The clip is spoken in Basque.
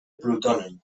plutonen